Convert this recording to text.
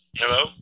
Hello